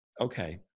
okay